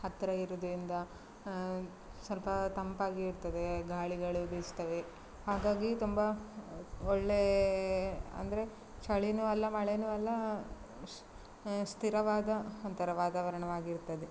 ಹತ್ತಿರ ಇರೋದ್ರಿಂದ ಸ್ವಲ್ಪ ತಂಪಾಗಿ ಇರ್ತದೆ ಗಾಳಿಗಳು ಬೀಸ್ತವೆ ಹಾಗಾಗಿ ತುಂಬ ಒಳ್ಳೆ ಅಂದರೆ ಚಳಿನೂ ಅಲ್ಲ ಮಳೇನು ಅಲ್ಲ ಸ್ ಸ್ಥಿರವಾದ ಒಂಥರ ವಾತಾವರಣವಾಗಿರುತ್ತದೆ